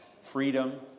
freedom